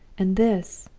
and this,